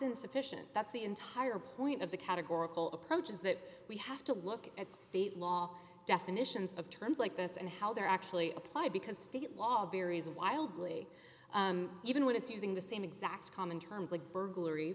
insufficient that's the entire point of the categorical approach is that we have to look at state law definitions of terms like this and how they're actually apply because state law varies wildly even when it's using the same exact common terms like burglary